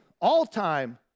all-time